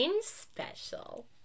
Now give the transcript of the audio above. special